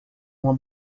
uma